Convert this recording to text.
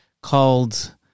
called